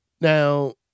Now